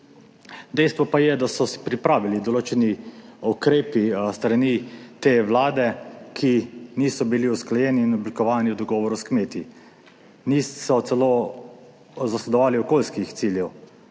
Dejstvo pa je, da so se pripravili določeni ukrepi s strani te Vlade, ki niso bili usklajeni in oblikovani v dogovoru s kmeti, niso celo zasledovali okolijskih ciljev